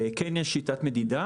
כן יש שיטת מדידה